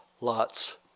lots